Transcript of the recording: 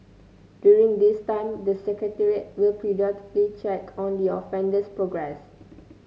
during this time the secretariat will periodically check on the offender's progress